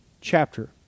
chapter